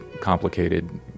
complicated